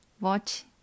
watch